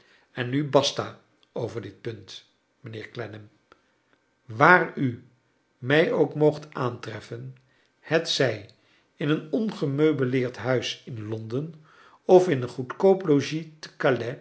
en nu basta over dit punt mijnheer clennam waar u mij ook moogt aantreffen het zij in een ongemeubeleerd huis in londen of in een goedkoop logies